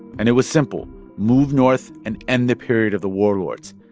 and it was simple move north and end the period of the warlords.